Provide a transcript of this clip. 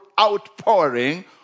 outpouring